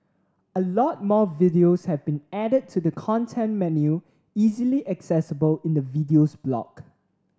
a lot more videos have been added to the content menu easily accessible in the Videos block